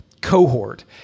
cohort